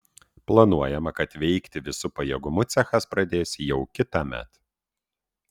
planuojama kad veikti visu pajėgumu cechas pradės jau kitąmet